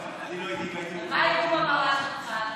אגב, אני, ומה יראו במראה שלך,